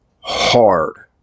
hard